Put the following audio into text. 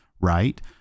right